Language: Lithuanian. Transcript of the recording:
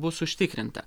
bus užtikrinta